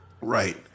Right